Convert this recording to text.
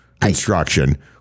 construction